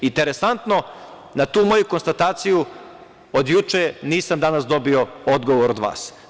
Interesantno, na tu moju konstataciju od juče, nisam danas dobio odgovor od vas.